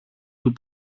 του